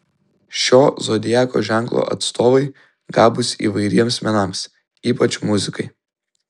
šio zodiako ženklo atstovai gabūs įvairiems menams ypač muzikai